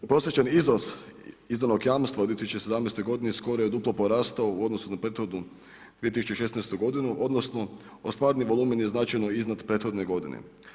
Prosječan iznos izdanog jamstva u 2017. godini skoro je duplo porastao u odnosu na prethodnu 2016. godinu odnosno ostvareni volumen je značajno iznad prethodne godine.